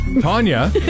Tanya